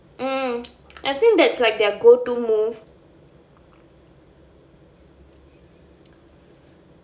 mm I think that's like their go to move